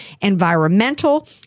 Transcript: environmental